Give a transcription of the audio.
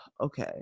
okay